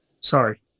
sorry